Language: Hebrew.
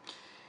טוב.